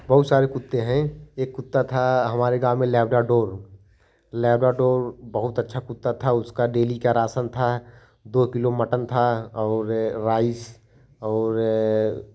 बहुत सारे कुत्ते हैं एक कुत्ता था हमारे गाँव में लैब्राडोर लैब्राडोर बहुत अच्छा कुत्ता था उसका डेली का राशन था दो किलो मटन था और राइस और